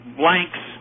blanks